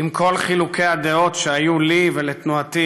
עם כל חילוקי הדעות שהיו לי ולתנועתי